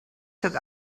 took